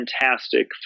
fantastic